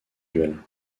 duel